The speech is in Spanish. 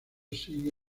sigue